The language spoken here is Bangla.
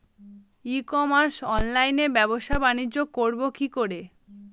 ই কমার্স অনলাইনে ব্যবসা বানিজ্য করব কি করে?